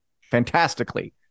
fantastically